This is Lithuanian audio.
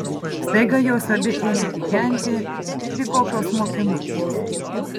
staiga jos abi ėmė kikenti lyg kokios mokinukės